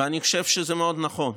ואני חושב שזה מאוד נכון.